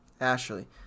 Ashley